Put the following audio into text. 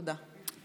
תודה.